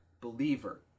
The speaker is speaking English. believer